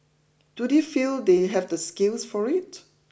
do they feel they have the skills for it